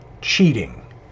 cheating